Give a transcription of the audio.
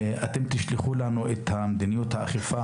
אני מבקש שתשלחו לנו את מדיניות האכיפה